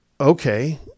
okay